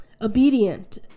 obedient